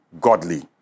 godly